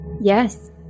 Yes